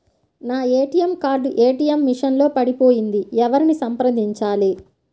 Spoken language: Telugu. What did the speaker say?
నా ఏ.టీ.ఎం కార్డు ఏ.టీ.ఎం మెషిన్ లో పడిపోయింది ఎవరిని సంప్రదించాలి?